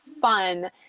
fun